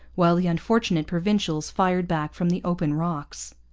while the unfortunate provincials fired back from the open rocks.